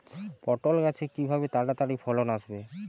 পটল গাছে কিভাবে তাড়াতাড়ি ফলন আসবে?